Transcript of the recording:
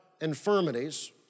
infirmities